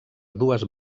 dues